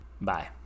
Bye